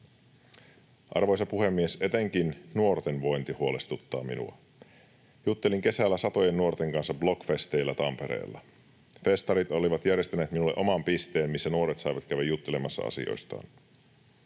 Arvoisa puhemies! Etenkin nuorten vointi huolestuttaa minua. Juttelin kesällä satojen nuorten kanssa Blockfestillä Tampereella. Festarit olivat järjestäneet minulle oman pisteen, missä nuoret saivat käydä juttelemassa asioistaan.